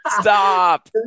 stop